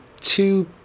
two